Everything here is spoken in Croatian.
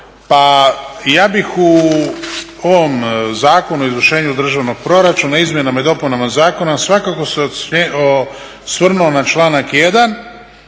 Pa ja bih u ovom Zakonu o izvršenju državnog proračuna, izmjenama i dopunama zakona svakako se osvrnuo na članak 1.